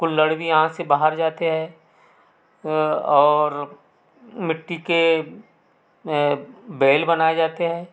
कुल्हड़ भी यहाँ से बाहर जाते हैं और मिट्टी के बैल बनाए जाते हैं